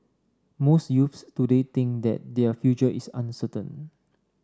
most youths today think that their future is uncertain